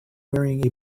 wearing